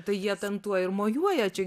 tai jie ten tuo ir mojuoja čia